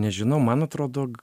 nežinau man atrodo